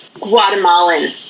Guatemalan